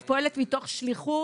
את פועלת מתוך שליחות.